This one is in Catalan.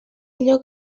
allò